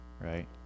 right